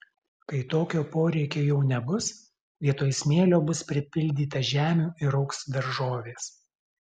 kai tokio poreikio jau nebus vietoj smėlio bus pripildyta žemių ir augs daržovės